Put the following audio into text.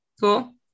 cool